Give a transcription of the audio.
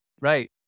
right